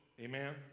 Amen